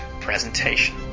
presentation